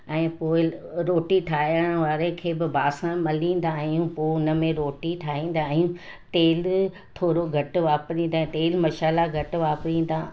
ऐं पोइ रोटी ठाहिण वारे खे बि बासण मलींदा आहियूं पोइ उन में रोटी ठाहींदा आहियूं तेलु थोरो घटि वापिरींदा तेलु मसाल्हा घटि वापिरींदा